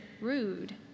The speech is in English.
rude